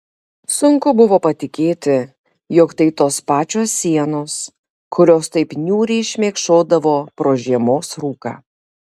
sunku buvo patikėti jog tai tos pačios sienos kurios taip niūriai šmėkšodavo pro žiemos rūką